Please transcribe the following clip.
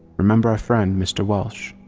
remember our friend, mr. welsh?